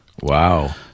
Wow